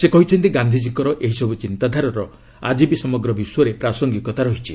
ସେ କହିଛନ୍ତି ଗାନ୍ଧିକୀଙ୍କର ଏହିସବୁ ଚିନ୍ତାଧାରାର ଆଜିବି ସମଗ୍ର ବିଶ୍ୱରେ ପ୍ରାସଙ୍ଗିକତା ରହିଛି